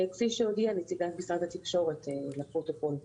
כפי שהודיעה נציגת משרד התקשורת לפרוטוקול.